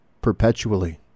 perpetually